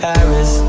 Paris